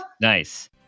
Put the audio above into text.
Nice